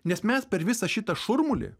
nes mes per visą šitą šurmulį